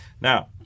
Now